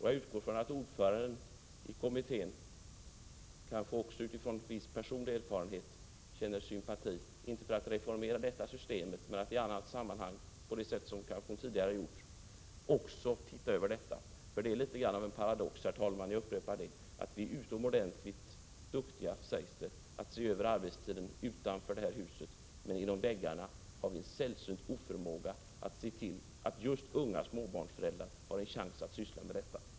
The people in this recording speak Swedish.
Jag utgår ifrån att ordföranden i kommittén kanske också utifrån viss personlig erfarenhet känner sympati för att man i annat sammanhang, på det sätt som hon tidigare gjort, också ser över detta. Det är litet grand av en paradox, herr talman, jag upprepar det, att vi sägs vara utomordentligt duktiga på att se över arbetstiderna utanför detta hus men att vi innanför dess väggar har en sällsynt oförmåga att se till att unga småbarnsföräldrar har en chans att delta i arbetet.